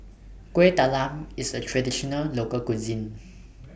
Kueh Talam IS A Traditional Local Cuisine